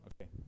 okay